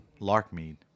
Larkmead